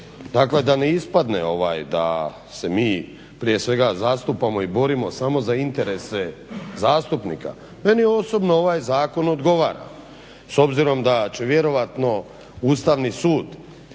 dakle da ne ispadne da se mi prije svega zastupamo i borimo samo za interese zastupnika meni osobno ovaj zakon odgovara s obzirom da će vjerojatno Ustavni sud